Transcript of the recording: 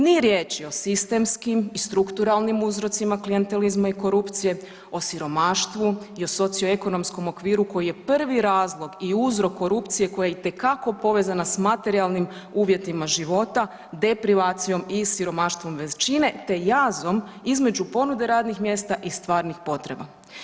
Ni riječi o sistemskim i strukturalnim uzrocima klijentelizma i korupcije, o siromaštvu i o socioekonomskom okviru koji je prvi razlog i uzrok korupcije koja je itekako povezana s materijalnim uvjetima života, deprivacijom i siromaštvom … te jazom između ponude radnih mjesta i stvarnih potreba.